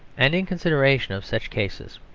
and, in consideration of such cases,